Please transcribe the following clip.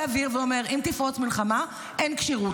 האוויר ואומר שאם תפרוץ מלחמה אין כשירות.